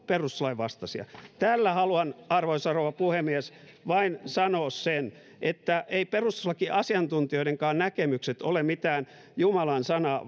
perustuslain vastaisia tällä haluan arvoisa rouva puhemies vain sanoa sen että eivät perustuslakiasiantuntijoidenkaan näkemykset ole mitään jumalan sanaa